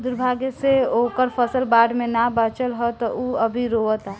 दुर्भाग्य से ओकर फसल बाढ़ में ना बाचल ह त उ अभी रोओता